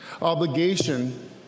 obligation